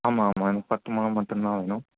ஆமாம் ஆமாம் எனக்கு பத்து முழம் மட்டுந்தான் வேணும்